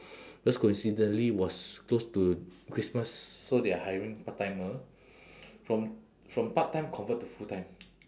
because coincidentally was close to christmas so they are hiring part-timer from from part-time convert to full-time